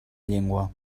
llengua